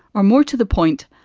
or more to the point,